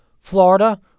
Florida